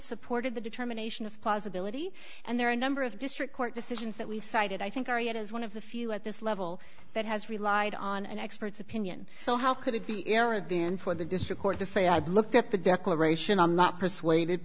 supported the determination of plausibility and there are a number of district court decisions that we've cited i think ari it is one of the few at this level that has relied on an expert's opinion so how could it be error then for the district court to say i've looked at the declaration i'm not persuaded